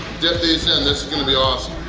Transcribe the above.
dip these in this is gonna be awesome!